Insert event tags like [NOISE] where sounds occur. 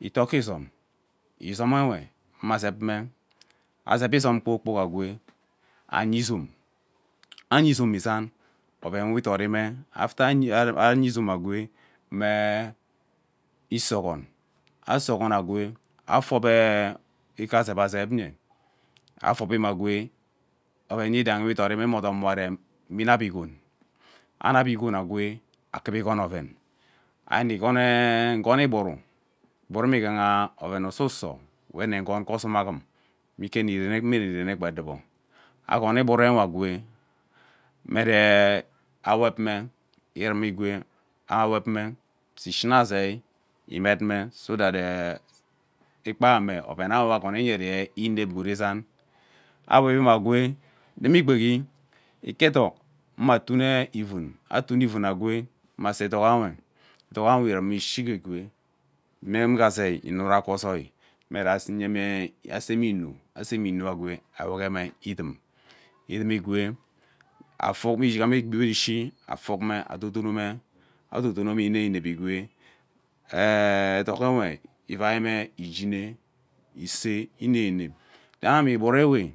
itoo gee izom izomewe mme azep azep izom kpoor kpok egwee aya izom aya izom izann oven we idori me after aya [HESITATION] aya izom agwee mme isee ogon ase ogon agwee efab ee ike azep nye afobine agwee oven yidahi we idorime me odom we arem mme inab igon, anab igon agwee akava igon oven ari mmi gonee [HESITATION] gon igburu igburu mme ighaha oven ususo we nne gon ge ozom aghum mme ike nni rene mme rene gba edubo igoni igburu uwe agwee mme ree inep gwood izan awerime agwee runa igbehi ike edu nwe toon ee vunn atoone iuun agwee me ase eduk anwe eduk anwe irem ishiga igwee mme zuna nge zei nwura zuma ke ozoi mme ra asu [HESITATION] aseme inu eseem inu, agwee awege arome idum, idumi igwee [HESITATION] ighama egbi we ishi afog me adodome adodo nome inevi inep agwee eee eduk ewe ivai mm igine isee inep inep gee ame igburu ewe.